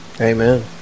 amen